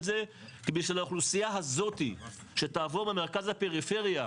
זה כי בשביל האוכלוסייה הזאת כשתעבור מהמרכז לפריפריה,